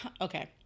okay